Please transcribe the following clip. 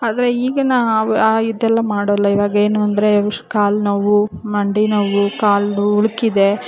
ಆದರೆ ಈಗಿನ ಇದೆಲ್ಲ ಮಾಡೋಲ್ಲ ಇವಾಗ ಏನು ಅಂದರೆ ಕಾಲು ನೋವು ಮಂಡಿ ನೋವು ಕಾಲು ಉಳುಕಿದೆ